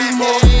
more